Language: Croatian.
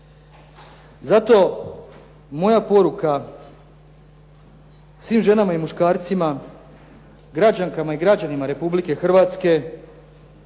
Zato moja poruka svim ženama i muškarcima, građankama i građanima Republike Hrvatske